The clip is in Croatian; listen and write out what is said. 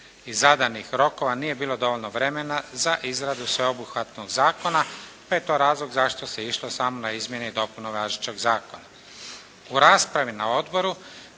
i zadanih rokova nije bilo dovoljno vremena za izradu sveobuhvatnog zakona pa je to razlog zašto se išlo samo na izmjene i dopune važećeg zakona.